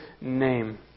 name